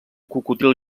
cocodril